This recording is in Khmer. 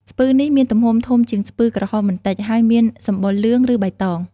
ស្ពឺនេះមានទំហំធំជាងស្ពឺក្រហមបន្តិច ហើយមានសម្បុរលឿង ឬបៃតង។